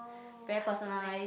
very personalize